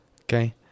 Okay